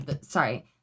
Sorry